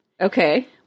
Okay